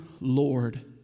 Lord